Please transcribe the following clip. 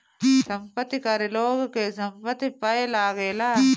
संपत्ति कर लोग के संपत्ति पअ लागेला